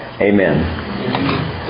Amen